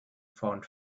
found